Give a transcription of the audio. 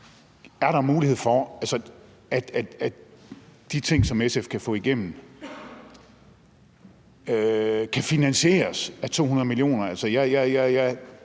Er der en mulighed for, at de ting, som SF kan få igennem, kan finansieres af 200 mio.